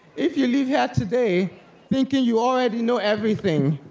if you leave here today thinking you already know everything,